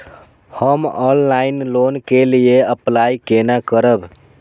हम online loan के लिए अप्लाई केना करब?